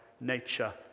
nature